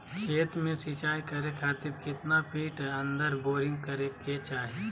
खेत में सिंचाई करे खातिर कितना फिट अंदर बोरिंग करे के चाही?